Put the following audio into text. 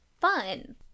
fun